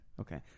Okay